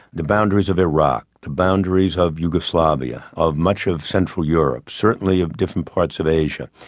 the boundaries of iraq, the boundaries of yugoslavia, of much of central europe, certainly of different parts of asia,